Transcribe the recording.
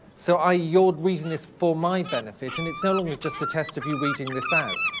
so ah you're reading this for my benefit, and it's no longer just a test of you reading this out.